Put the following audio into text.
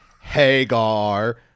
Hagar